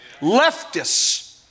Leftists